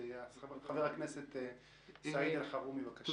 חבר הכנסת סעיד אלחרומי, בבקשה.